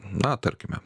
na tarkime